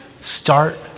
start